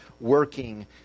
working